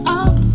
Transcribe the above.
up